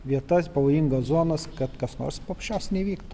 vietas pavojingas zonas kad kas nors paprasčiausiai neįvyktų